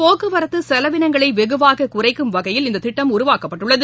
போக்குவரத்து செலவினங்களை வெகுவாக குறைக்கும் வகையில் இந்த திட்டம் உருவாக்கப்பட்டுள்ளது